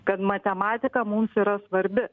kad matematika mums yra svarbi